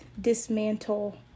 dismantle